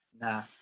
Nah